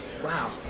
Wow